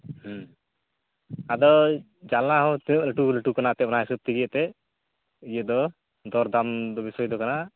ᱦᱮᱸ ᱟᱫᱚ ᱡᱟᱱᱟᱞᱟ ᱦᱚᱸ ᱛᱤᱱᱟᱹᱜ ᱞᱟᱹᱴᱩ ᱞᱟᱹᱴᱩ ᱠᱟᱱᱟ ᱮᱱᱛᱮᱫ ᱚᱱᱟ ᱦᱤᱥᱟᱹᱵ ᱛᱮᱜᱮ ᱮᱱᱛᱮᱫ ᱤᱭᱟᱹ ᱫᱚ ᱫᱚᱨᱫᱟᱢ ᱵᱤᱥᱚᱭ ᱫᱚ ᱠᱟᱱᱟ